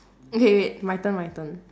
okay wait my turn my turn